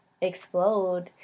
explode